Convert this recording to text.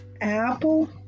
Apple